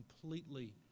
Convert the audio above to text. completely